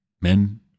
men